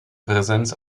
präsenz